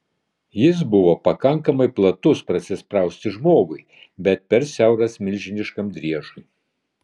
jis buvo pakankamai platus prasisprausti žmogui bet per siauras milžiniškam driežui